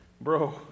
Bro